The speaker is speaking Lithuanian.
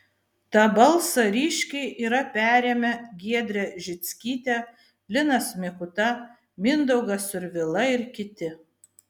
tą balsą ryškiai yra perėmę giedrė žickytė linas mikuta mindaugas survila ir kiti